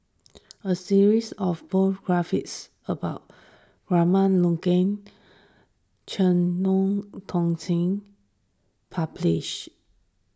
a series of biographies about Abraham Logan Chen Eu Tong Sen published